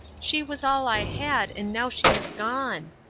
she was all i had, and now she is gone!